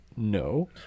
No